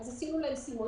אז עשינו להם סימולציות.